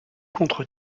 contre